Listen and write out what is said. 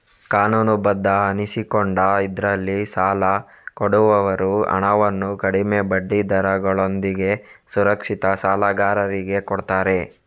ಕಾನೂನುಬದ್ಧ ಅನಿಸಿಕೊಂಡ ಇದ್ರಲ್ಲಿ ಸಾಲ ಕೊಡುವವರು ಹಣವನ್ನು ಕಡಿಮೆ ಬಡ್ಡಿ ದರಗಳೊಂದಿಗೆ ಸುರಕ್ಷಿತ ಸಾಲಗಾರರಿಗೆ ಕೊಡ್ತಾರೆ